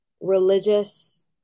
religious